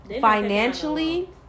financially